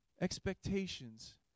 Expectations